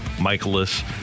Michaelis